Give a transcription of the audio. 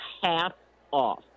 half-off